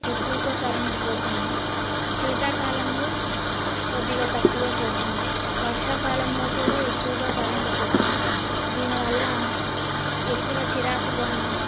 ఎక్కువగా కరెంట్ పోతుంది శీతాకాలంలో కొద్దిగా తక్కువే పోతుంది వర్షాకాలంలో కూడా ఎక్కువగా కరెంటు పోతుంది దీనివల్ల ఎక్కువ చిరాకుగాను